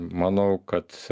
manau kad